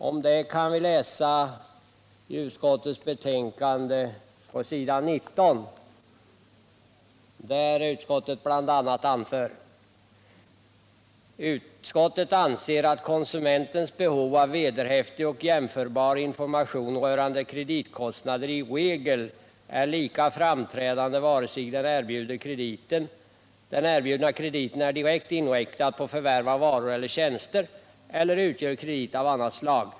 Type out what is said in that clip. Om det kan vi läsa i betänkandet på s. 19, där utskottet bl.a. anför: ”Utskottet anser -—-—- att konsumentens behov av vederhäftig och jämförbar information rörande kreditkostnader i regel är lika framträdande vare sig den erbjudna krediten är direkt inriktad på förvärv av varor eller tjänster eller utgör kredit av annat slag.